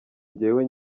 njyewe